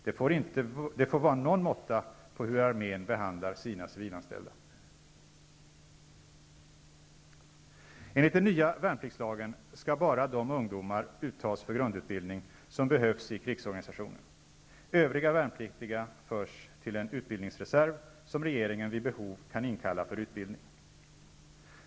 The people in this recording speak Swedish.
Det får vara någon måtta på hur armén behandlar sina civilanställda. Enligt den nya värnpliktslagen skall bara de ungdomar uttas för grundutbildning som behövs i krigsorganisationen. Övriga värnpliktiga förs till en utbildningsreserv som regeringen vid behov kan inkalla för utbildning.